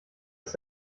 ist